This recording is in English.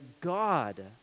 God